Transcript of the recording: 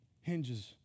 hinges